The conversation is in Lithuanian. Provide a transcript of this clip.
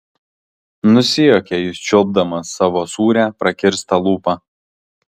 nusijuokė jis čiulpdamas savo sūrią prakirstą lūpą